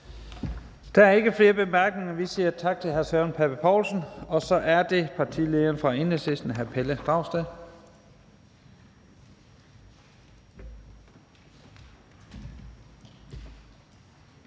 Der er ikke flere korte bemærkninger. Vi siger tak til hr. Søren Pape Poulsen. Så er det partilederen fra Enhedslisten, hr. Pelle Dragsted.